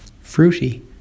fruity